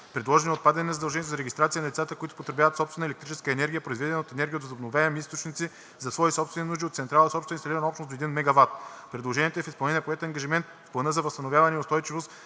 Предложено е отпадане на задължението за регистрация на лицата, които потребяват собствена електрическа енергия, произведена от енергия от възобновяеми източници за свои собствени нужди от централа с обща инсталирана общност до 1 MW. Предложението е в изпълнение на поет ангажимент в Плана за възстановяване и устойчивост